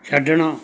ਛੱਡਣਾ